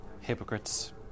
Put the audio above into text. hypocrites